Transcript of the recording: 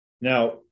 Now